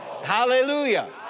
Hallelujah